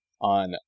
on